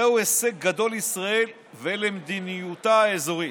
זהו הישג גדול לישראל ולמדיניותה האזורית.